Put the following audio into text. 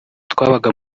twabaga